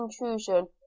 intrusion